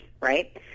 right